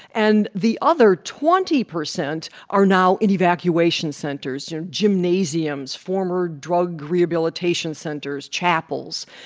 and the other twenty percent are now in evacuation centers or gymnasiums, former drug rehabilitation centers, chapels.